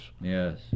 Yes